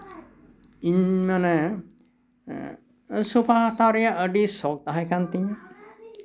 ᱤᱧ ᱢᱟᱱᱮ ᱮᱸᱜ ᱥᱳᱯᱷᱟ ᱦᱟᱛᱟᱣ ᱨᱮᱭᱟᱜ ᱟᱹᱰᱤ ᱥᱚᱠ ᱛᱟᱦᱮᱸ ᱠᱟᱱ ᱛᱤᱧᱟᱹ